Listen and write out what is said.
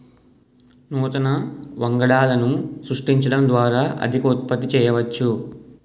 నూతన వంగడాలను సృష్టించడం ద్వారా అధిక ఉత్పత్తి చేయవచ్చు